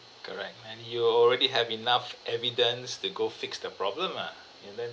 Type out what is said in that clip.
correct and you al~ already have enough evidence to go fix the problem ah and then